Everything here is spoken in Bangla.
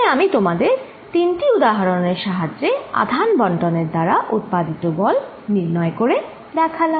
এখানে আমি তোমাদের তিনটি উদাহরণের সাহায্যে আধান বন্টনের দ্বারা উৎপাদিত বল নির্ণয় করে দেখালাম